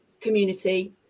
community